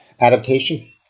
adaptation